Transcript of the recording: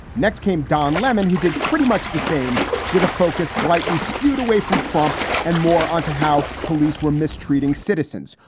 next came don lemon, who did pretty much the same with a focus slightly skewed away from trump and more onto how police were mistreating citizens.